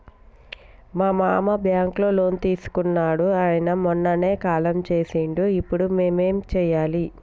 మా మామ బ్యాంక్ లో లోన్ తీసుకున్నడు అయిన మొన్ననే కాలం చేసిండు ఇప్పుడు మేం ఏం చేయాలి?